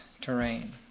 terrain